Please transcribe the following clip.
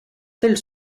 tels